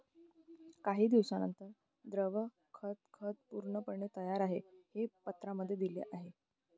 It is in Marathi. काही दिवसांनंतर, द्रव खत खत पूर्णपणे तयार आहे, जे पत्रांमध्ये दिले आहे